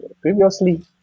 previously